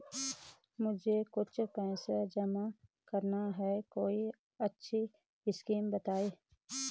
मुझे कुछ पैसा जमा करना है कोई अच्छी स्कीम बताइये?